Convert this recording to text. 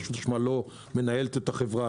רשות החשמל לא מנהלת את החברה,